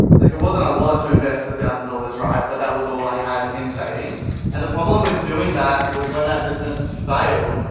like it wasn't a lot to invest a thousand dollars. right? but that was all i had insight things and the problem with doing that was when that business filed,